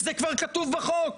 זה כבר כתוב בחוק,